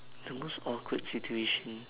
the most awkward situation